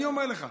אני אומר לך,